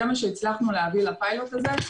זה מה שהצלחנו להביא לפיילוט הזה,